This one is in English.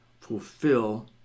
fulfill